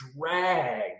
drag